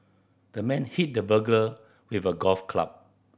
the man hit the burglar with a golf club